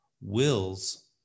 wills